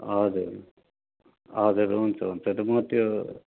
हजुर हजुर हुन्छ हुन्छ म त्यो